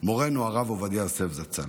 מורנו הרב עובדיה יוסף זצ"ל.